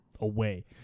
away